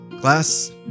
class